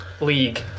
league